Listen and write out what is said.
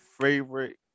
favorite